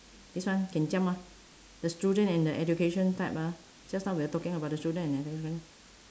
this one can jump ah the student and the education type ah just now we are talking about the student and e~